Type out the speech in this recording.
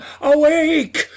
awake